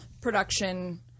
production